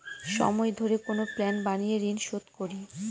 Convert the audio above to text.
সময় ধরে কোনো প্ল্যান বানিয়ে ঋন শুধ করি